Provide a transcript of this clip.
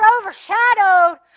overshadowed